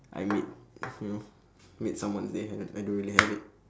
I made you know made someone's day I don't I don't really have it